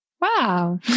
Wow